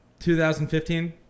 2015